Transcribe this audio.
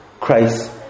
Christ